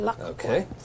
Okay